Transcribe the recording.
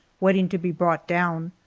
waiting to be brought down.